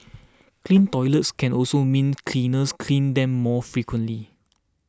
clean toilets can also mean cleaners clean them more frequently